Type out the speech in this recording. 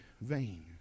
vain